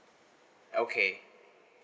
okay